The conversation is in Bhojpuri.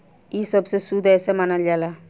इ सबसे शुद्ध रेसा मानल जाला